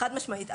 חד משמעית.